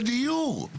של דיור.